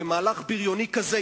במהלך בריוני כזה,